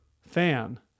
fan